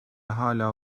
hala